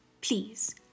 Please